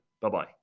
Bye-bye